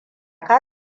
ka